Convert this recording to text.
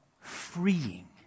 freeing